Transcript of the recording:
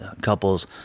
couples